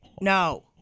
no